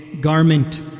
garment